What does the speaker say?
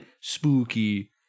spooky